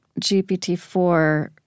GPT-4